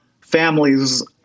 families